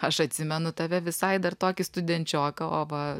aš atsimenu tave visai dar tokį studenčioką o va